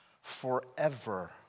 forever